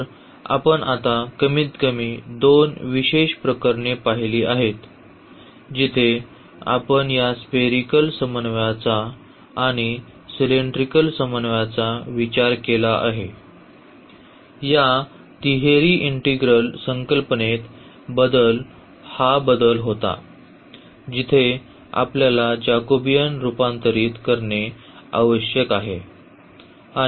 तर आपण आता कमीतकमी दोन विशेष प्रकरणे पाहिली आहेत जिथे आपण या स्पेरीकल समन्वयाचा आणि सिलेंड्रिकल समन्वयाचा विचार केला आहे या तिहेरी इंटीग्रल संकल्पनेत बदल हा बदल होता जिथे आपल्याला जेकबियन रूपांतरित करणे आवश्यक आहे